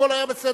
הכול היה בסדר.